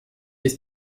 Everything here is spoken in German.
ist